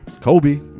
Kobe